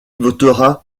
votera